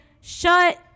Shut